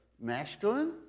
masculine